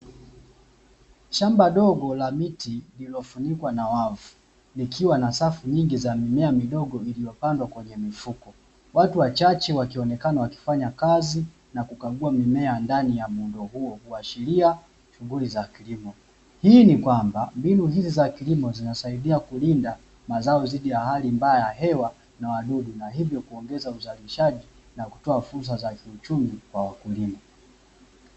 Shamba dogo la miti lililofunikwa na wavu, likiwa na safu nyingi za mimea midogo iliyopandwa kwenye mifumo. Watu wachache wanaonekana wakifanya kazi na kukagua mimea ndani ya muundo huo, kuashiria shughuli za kilimo. Hii ni kwa sababu mbinu hizi za kilimo zinasaidia kulinda mazao dhidi ya hali mbaya ya hewa na wadudu, na hivyo kuongeza uzalishaji pamoja na kutoa fursa za kiuchumi kwa wakulima.